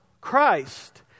Christ